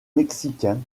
mexicain